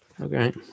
Okay